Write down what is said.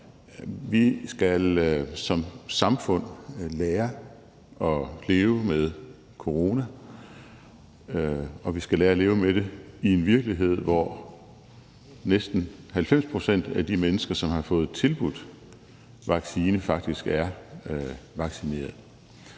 Vi skal som samfund lære at leve med corona, og vi skal lære at leve med det i en virkelighed, hvor næsten 90 pct. af de mennesker, som har fået tilbudt vaccine, faktisk er vaccineret.